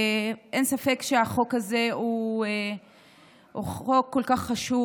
אין ספק שהחוק הזה הוא חוק כל כך חשוב.